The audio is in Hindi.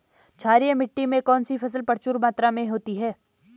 क्षारीय मिट्टी में कौन सी फसल प्रचुर मात्रा में होती है?